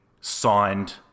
signed